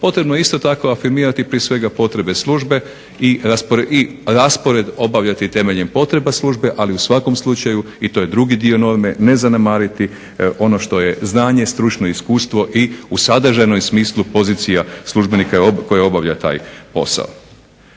potrebno je isto tako afirmirati prije svega potrebe službe i raspored obavljati temeljem potreba službe ali u svakom slučaju i to je drugi dio norme, ne zanemariti ono što je znanje, stručno iskustvo i u sadržajnom smislu pozicija službenika koji obavlja taj posao.